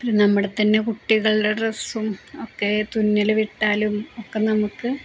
നമ്മുടെ തന്നെ കുട്ടികളുടെ ഡ്രസ്സും ഒക്കെ തുന്നല് വിട്ടാലും ഒക്കെ നമുക്ക്